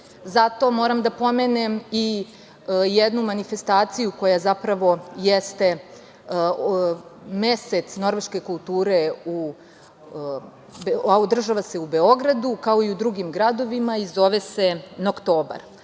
Zato moram da pomenem i jednu manifestaciju koja je zapravo, jeste mesec norveške kulture koji se održava u Beogradu, kao i u drugim gradovima i zove se „NOktobar“.Kada